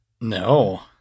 No